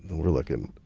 we're looking.